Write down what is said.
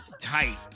tight